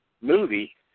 movie